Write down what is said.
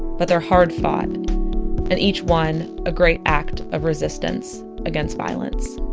but they're hard fought and each one a great act of resistance against violence